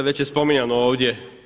Već je spominjano ovdje.